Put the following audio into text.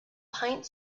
pint